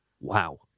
Wow